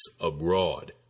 abroad